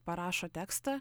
parašo tekstą